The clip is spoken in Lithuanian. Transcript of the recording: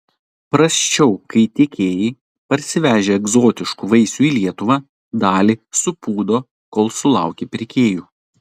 prasčiau kai tiekėjai parsivežę egzotiškų vaisių į lietuvą dalį supūdo kol sulaukia pirkėjų